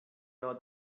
know